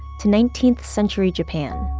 to nineteenth century japan